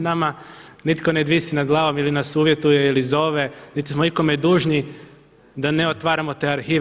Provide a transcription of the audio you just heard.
Nama nitko ne visi nad glavom ili nas uvjetuje ili zove, niti smo ikome dužni da ne otvaramo te arhive.